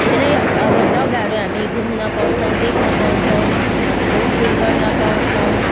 धेरै अब जग्गाहरू हामी घुम्न पाउँछौँ देख्न पाउँछौँ घुमफिर गर्न पाउँछौँ